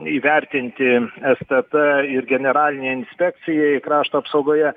įvertinti sst ir generalinei inspekcijai krašto apsaugoje